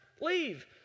Leave